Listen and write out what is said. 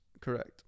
Correct